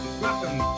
welcome